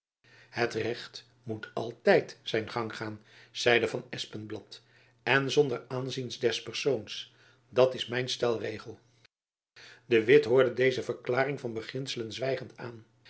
het recht moet altijd zijn gang gaan zeide van espenblad en zonder aanzien des persoons dat is mijn stelregel de witt hoorde deze verklaring van beginselen zwijgend aan